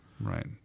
Right